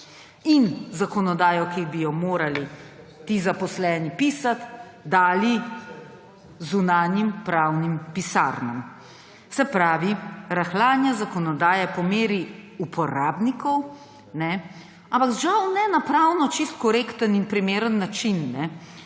in zakonodajo, ki bi jo morali ti zaposleni pisati, dali zunanjim pravnim pisarnam. Se pravi, rahljanje zakonodaje po meri uporabnikov, ampak žal ne na pravno čisto korekten in primeren način.